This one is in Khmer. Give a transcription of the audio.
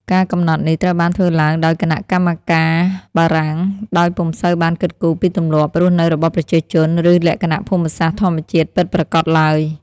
ការកំណត់នេះត្រូវបានធ្វើឡើងដោយគណៈកម្មការបារាំង ដោយពុំសូវបានគិតគូរពីទម្លាប់រស់នៅរបស់ប្រជាជន ឬលក្ខណៈភូមិសាស្ត្រធម្មជាតិពិតប្រាកដឡើយ។